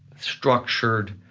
structured.